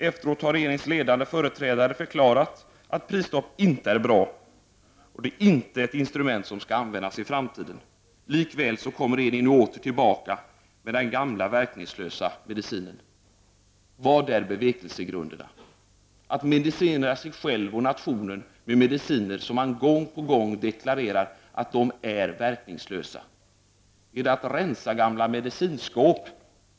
Efteråt har regeringens ledande företrädare förklarat att prisstopp inte är bra, det är inte ett instrument som skall användas i framtiden. Likväl kommer nu regeringen åter tillbaka med den gamla verkningslösa medicinen. Vilka är bevekelsegrunderna för att medicinera sig själv och nationen med mediciner som man gång på gång har deklarerat är verkningslösa? Är det att rensa i gamla medicinskåp?